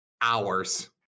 hours